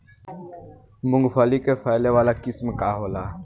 मूँगफली के फैले वाला किस्म का होला?